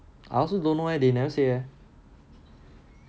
I also don't know leh they never say eh